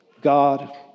God